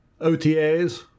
OTAs